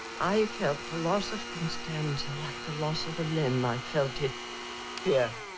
i felt the loss of constanza like the loss of a limb i felt it here.